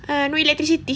ah no electricity